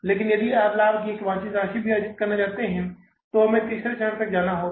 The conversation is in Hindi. लेकिन अगर आप लाभ की एक वांछित राशि भी अर्जित करना चाहते हैं तो हमें तीसरे चरण तक जाना होगा